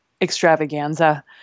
extravaganza